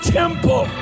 temple